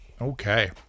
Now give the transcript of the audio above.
Okay